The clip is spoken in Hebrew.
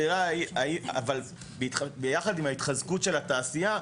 אבל ביחד עם ההתחזקות של התעשייה,